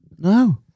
No